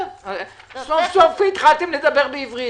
סוף-סוף התחלתם לדבר בעברית.